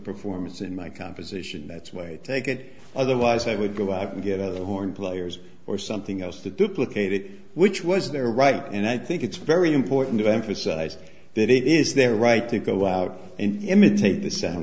performance in my composition that's way take it otherwise i would go out and get other horn players or something else to duplicate it which was their right and i think it's very important to emphasize that it is their right to go out and imitate the sound